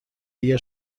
اگر